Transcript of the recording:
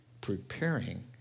preparing